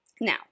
Now